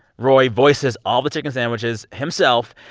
roy voices all the chicken sandwiches himself,